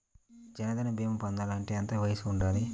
జన్ధన్ భీమా పొందాలి అంటే ఎంత వయసు ఉండాలి?